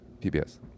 PBS